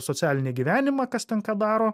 socialinį gyvenimą kas ten ką daro